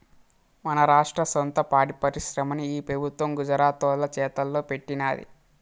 మన రాష్ట్ర సొంత పాడి పరిశ్రమని ఈ పెబుత్వం గుజరాతోల్ల చేతల్లో పెట్టినాది